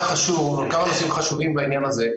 כמה נושאים חשובים בעניין הזה,